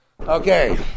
Okay